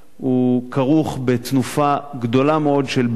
הוא כרוך בתנופה גדולה מאוד של בינוי,